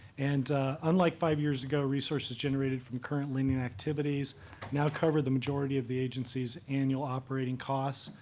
and unlike five years ago, resources generated from current lending and activities now cover the majority of the agency's annual operating costs.